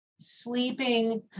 sleeping